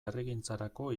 herrigintzarako